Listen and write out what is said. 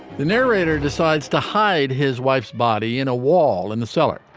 the narrator decides to hide his wife's body in a wall in the cellar.